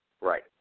Right